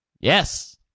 Yes